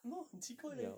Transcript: !hannor! 很奇怪 leh